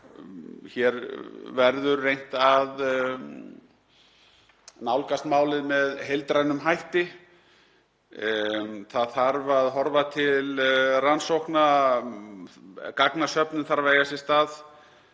hér verður reynt að nálgast málið með heildrænum hætti. Það þarf að horfa til rannsókna. Gagnasöfnun þarf að eiga sér stað.